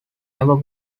never